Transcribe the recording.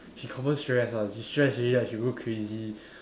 she confirm stress one she stress already right she go crazy